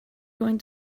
going